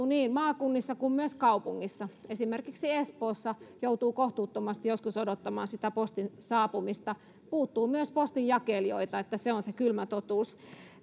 niin maakunnissa kuin myös kaupungeissa esimerkiksi espoossa joutuu joskus kohtuuttomasti odottamaan sitä postin saapumista puuttuu myös postinjakelijoita se on se kylmä totuus